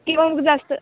किंवा मग जास्त